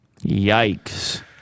Yikes